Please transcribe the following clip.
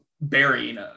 burying